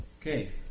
Okay